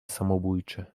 samobójczy